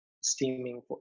steaming